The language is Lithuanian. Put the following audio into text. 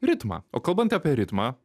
ritmą o kalbant apie ritmą